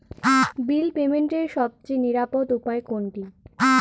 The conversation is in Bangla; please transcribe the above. বিল পেমেন্টের সবচেয়ে নিরাপদ উপায় কোনটি?